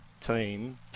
team